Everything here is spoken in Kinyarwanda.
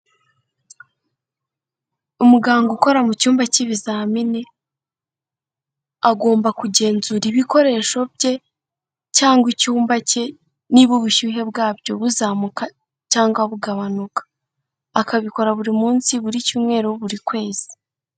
Umuganga ukora mu cyumba cy'ibizamini, agomba kugenzura ibikoresho bye, cyangwa icyumba cye, niba ubushyuhe bwabyo buzamuka cyangwa bugabanuka, bakabikora buri munsi, buri cyumweru, buri kwezi.